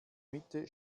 mitte